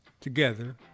Together